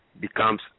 becomes